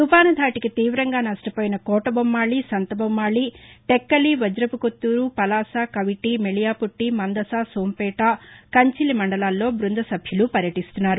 తుపాను ధాటికి తీవంగా నష్షపోయిన కోటబొమ్మాళి సంతబొమ్మాళి టెక్కలి వాజపుకొత్తారు పలాస కవిటీ మెళియాపుట్టి మందస సోంపేట కంచిలి మండలాల్లో బృంద సభ్యులు పర్యటిస్తుస్తున్నారు